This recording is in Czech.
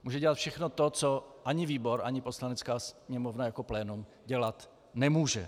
Může dělat všechno to, co ani výbor, ani Poslanecká sněmovna jako plénum dělat nemůže.